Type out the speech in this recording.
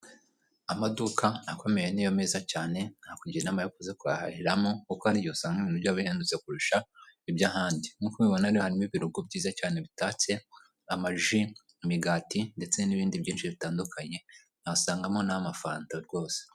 Amaduka akomeye niyo meza cyane, nakugira inama yo kuza kuyahahiramo, kuko hari igihe usanga ibintu byaba bihendutse kurusha iby'ahandi, nkuko ubibona harimo ibirungo byiza cyane bitatse amaji, imigati, ndetse n'ibindi byinshi bitandukanye, wasangamo n'amafanta rwose.